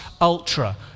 ultra